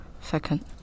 Second